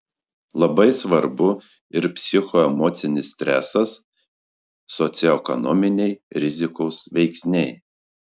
labai svarbu ir psichoemocinis stresas socioekonominiai rizikos veiksniai